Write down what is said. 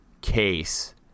case